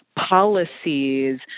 policies